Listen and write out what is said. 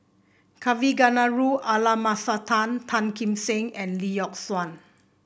Kavignareru Amallathasan Tan Tan Kim Seng and Lee Yock Suan